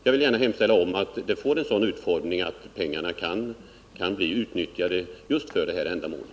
Jag vill gärna hemställa om att åtgärderna får en sådan utformning att pengarna kan bli utnyttjade just för detta ändamål.